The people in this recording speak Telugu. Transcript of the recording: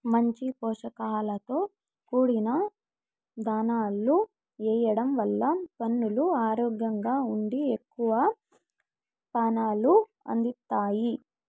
మంచి పోషకాలతో కూడిన దాణాను ఎయ్యడం వల్ల పసులు ఆరోగ్యంగా ఉండి ఎక్కువ పాలను అందిత్తాయి